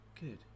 good